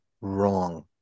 wrong